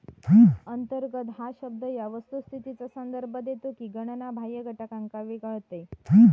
अंतर्गत हा शब्द या वस्तुस्थितीचा संदर्भ देतो की गणना बाह्य घटकांना वगळते